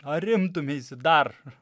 ar imtumeisi dar